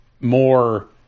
more